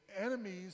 enemies